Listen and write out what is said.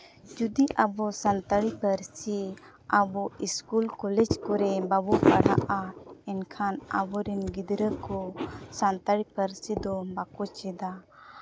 ᱡᱩᱫᱤ ᱟᱵᱚ ᱥᱟᱱᱛᱟᱲᱤ ᱯᱟᱹᱨᱥᱤ ᱟᱵᱚ ᱥᱠᱩᱞ ᱠᱚᱞᱮᱡᱽ ᱠᱚᱨᱮ ᱵᱟᱵᱚ ᱯᱟᱲᱦᱟᱜᱼᱟ ᱮᱱᱠᱷᱟᱱ ᱟᱵᱚ ᱨᱮᱱ ᱜᱤᱫᱽᱨᱟᱹ ᱠᱚ ᱥᱟᱱᱛᱟᱲᱤ ᱯᱟᱹᱨᱥᱤ ᱫᱚ ᱵᱟᱠᱚ ᱪᱮᱫᱟ